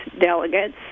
delegates